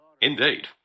Indeed